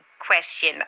question